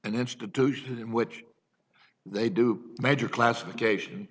and institutions in which they do major classification